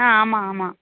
ஆ ஆமாம் ஆமாம்